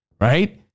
right